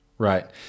Right